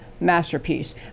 masterpiece